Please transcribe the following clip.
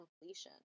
completion